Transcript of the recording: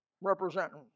representing